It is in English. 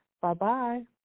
Bye-bye